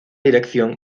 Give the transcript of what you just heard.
dirección